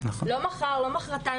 לא עוד שנה,